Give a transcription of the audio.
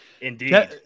Indeed